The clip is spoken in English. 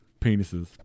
penises